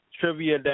trivia